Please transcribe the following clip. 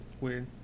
Weird